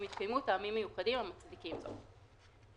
אם התקיימו טעמים מיוחדים המצדיקים זאת.